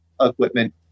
equipment